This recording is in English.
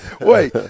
Wait